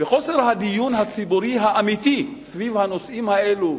וחוסר הדיון הציבורי האמיתי סביב הנושאים האלו,